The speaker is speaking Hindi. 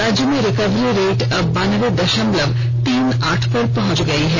राज्य में रिकवरी रेट अब बानबे दशमलव तीन आठ पर पहुंच गयी है